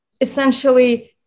essentially